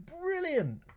brilliant